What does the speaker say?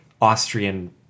Austrian